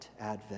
advent